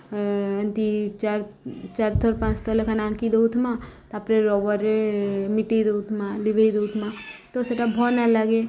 ଏନ୍ତି ଚାର୍ ଚାର୍ ଥର୍ ପାଞ୍ଚ ଥର୍ ଲେଖା ଆଙ୍କି ଦଉଥିମା ତା'ପରେ ରବର୍ରେ ମିଟେଇ ଦଉଥମା ଲିଭେଇ ଦଉଥମା ତ ସେଟା ଭଲ୍ ନାଇଲାଗେ